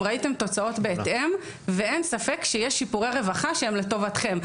ראיתם תוצאות בהתאם ואין ספק שיש שיפורי רווחה שהם לטובתכם.